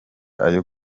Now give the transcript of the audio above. ayo